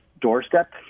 doorstep